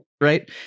right